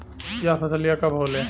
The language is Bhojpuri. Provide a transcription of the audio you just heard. यह फसलिया कब होले?